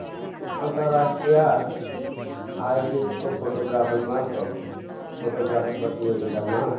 अन्तराष्ट्रिय आयोजितको फोटोग्राफीमा प्रप फोटोग्राफी प्रतियोगितामा